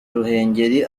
ruhengeri